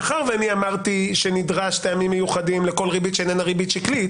מאחר ואני אמרתי שנדרש טעמים מיוחדים לכל ריבית שאיננה ריבית שקלית